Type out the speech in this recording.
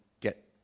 get